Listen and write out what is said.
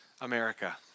America